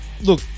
Look